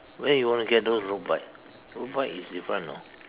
where you want to get those road bike road bike is in front no